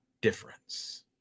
Difference